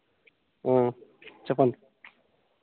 చెప్పండి